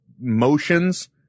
motions